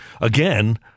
again